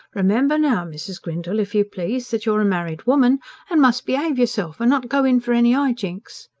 remember now, mrs. grindle, if you please, that you're a married woman and must behave yourself, and not go in for any high jinks,